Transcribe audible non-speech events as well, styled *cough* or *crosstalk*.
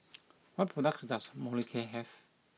*noise* what products does Molicare have